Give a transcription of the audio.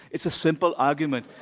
it's a simple argument.